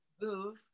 move